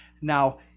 now